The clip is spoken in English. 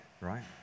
right